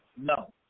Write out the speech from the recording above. No